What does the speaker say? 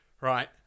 Right